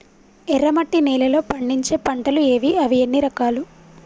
ఎర్రమట్టి నేలలో పండించే పంటలు ఏవి? అవి ఎన్ని రకాలు?